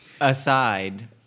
Aside